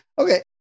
Okay